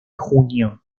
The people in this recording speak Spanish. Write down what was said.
junio